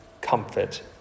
comfort